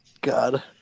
God